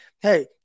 hey